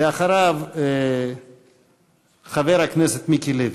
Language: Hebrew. ואחריו, חבר הכנסת מיקי לוי.